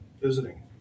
visiting